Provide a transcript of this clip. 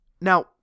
Now